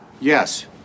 yes